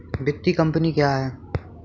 वित्तीय कम्पनी क्या है?